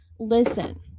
Listen